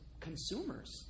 consumers